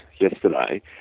yesterday